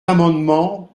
amendement